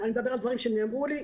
אני מדבר על דברים שנאמרו לי,